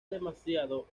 demasiado